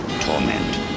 Torment